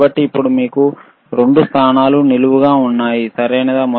కాబట్టి ఇప్పుడు మీకు 2 స్థానాలు నిలువుగా ఉన్నాయి సరియైనదా